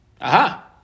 Aha